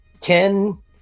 Ken